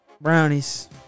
Brownies